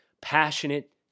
passionate